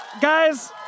Guys